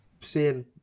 seeing